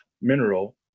mineral